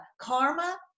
karma